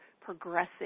progressing